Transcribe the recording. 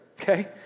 okay